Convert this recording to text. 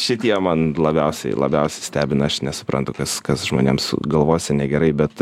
šitie man labiausiai labiausiai stebina aš nesuprantu kas kas žmonėms galvose negerai bet